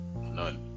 None